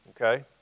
okay